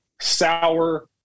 sour